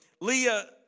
Leah